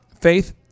faith